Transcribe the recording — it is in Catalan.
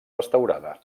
restaurada